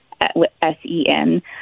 s-e-n